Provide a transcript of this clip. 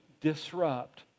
disrupt